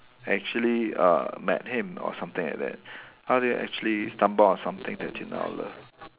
actually uh met him or something like that how do you actually stumble on something that you now love